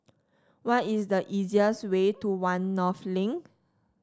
what is the easiest way to One North Link